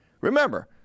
Remember